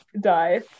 die